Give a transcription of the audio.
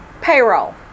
payroll